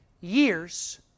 years